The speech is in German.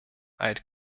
alt